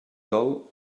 dol